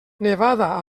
nevada